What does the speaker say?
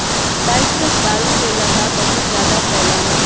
cypress दारू के लता बहुत जादा फैला हई